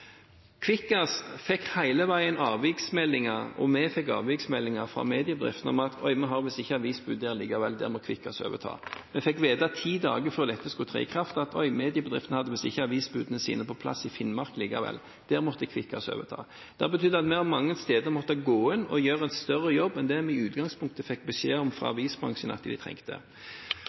Kvikkas fikk hele veien avviksmeldinger, og vi fikk avviksmeldinger fra mediebedriftene, om at en hadde visst ikke avisbud der likevel, og at Kvikkas måtte overta. Ti dager før dette skulle tre i kraft, fikk vi vite at mediebedriftene visstnok ikke hadde avisbudene sine på plass i Finnmark likevel. Der måtte Kvikkas overta. Det har betydd at vi mange steder har måttet gå inn og gjøre en større jobb enn det vi i utgangspunktet fikk beskjed om fra avisbransjen at de trengte.